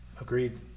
Agreed